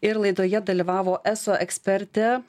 ir laidoje dalyvavo eso ekspertė